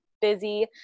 busy